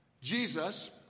Jesus